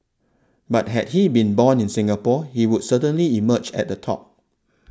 but had he been born in Singapore he would certainly emerge at the top